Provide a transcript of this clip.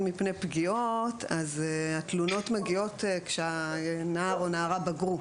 מפני פגיעות התלונות מגיעות כשהנער או הנערה בגרו.